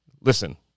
listen